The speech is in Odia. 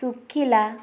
ଶୁଖିଲା